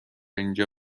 اینجا